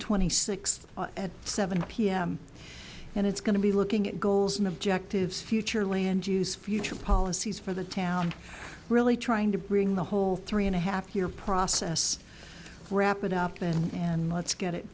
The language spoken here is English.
at seven p m and it's going to be looking at goals and objectives future land use future policies for the town really trying to bring the whole three and a half year process wrap it up and and let's get it